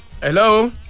hello